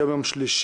היום יום שלישי,